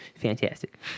fantastic